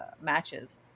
matches